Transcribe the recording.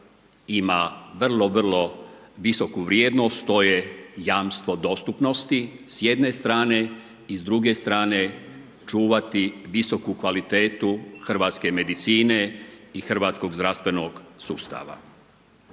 ima vrlo, vrlo visoku vrijednost, to je jamstvo dostupnosti s jedne strane i s druge strane čuvati visoku kvalitetu hrvatske medicine i hrvatskog zdravstvenog sustava.